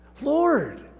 Lord